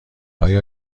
آیا